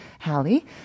hallie